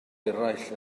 eraill